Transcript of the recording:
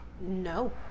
No